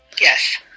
yes